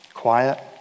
Quiet